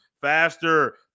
faster